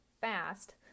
fast